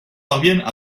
parviennent